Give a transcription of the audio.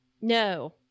no